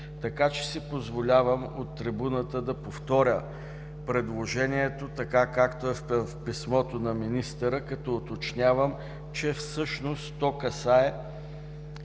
Така си позволявам от трибуната да повторя предложението, така както е в писмото на министъра, като уточнявам, че всъщност то касае